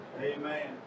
Amen